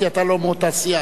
כי אתה לא מאותה סיעה,